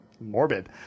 morbid